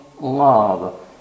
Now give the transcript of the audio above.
love